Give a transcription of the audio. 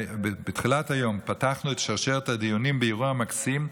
בתחילת היום פתחנו את שרשרת הדיונים באירוע מקסים,